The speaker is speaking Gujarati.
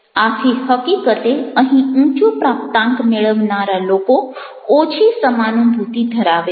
આથી હકીકતે અહીં ઊંચો પ્રાપ્તાંક મેળવનારા લોકો ઓછી સમાનુભૂતિ ધરાવે છે